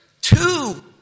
Two